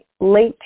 late